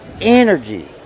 energy